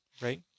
right